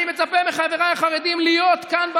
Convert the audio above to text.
אני מצפה מחבריי החרדים להיות כאן באולם,